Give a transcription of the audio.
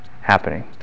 happening